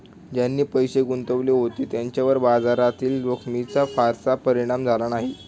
ज्यांनी पैसे गुंतवले होते त्यांच्यावर बाजारातील जोखमीचा फारसा परिणाम झाला नाही